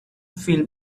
feel